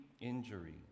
injury